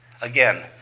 Again